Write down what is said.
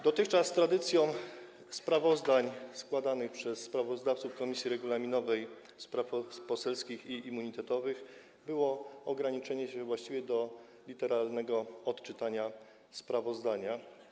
Dotychczas tradycją sprawozdań składanych przez sprawozdawców Komisji Regulaminowej, Spraw Poselskich i Immunitetowych było właściwie ograniczenie się do literalnego odczytania sprawozdania.